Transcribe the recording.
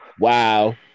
Wow